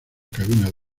cabinas